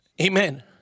Amen